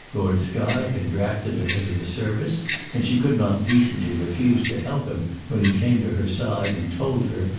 lord skye had drafted her into the service and she could not decently refuse to help him when he came to her side and told her,